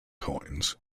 coins